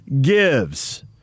gives